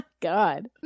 god